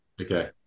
Okay